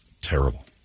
Terrible